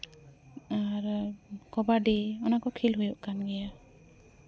ᱟᱨ ᱠᱚᱵᱟᱰᱤ ᱚᱱᱟ ᱠᱚ ᱠᱷᱮᱞ ᱦᱩᱭᱩᱜ ᱠᱟᱱ ᱜᱮᱭᱟ